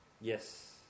Yes